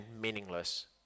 meaningless